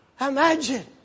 Imagine